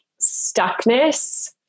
stuckness